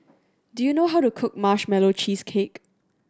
do you know how to cook Marshmallow Cheesecake